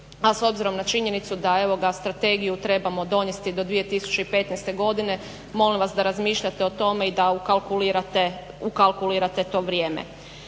a s obzirom na činjenicu da strategiju trebamo donijeti do 2015. godine molim vas da razmišljate o tome da ukalkulirate to vrijeme.